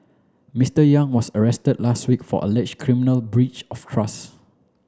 Mister Yang was arrested last week for alleged criminal breach of trust